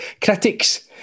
critics